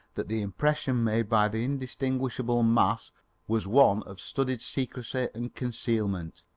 that the impression made by the indistinguishable mass was one of studied secrecy and concealment.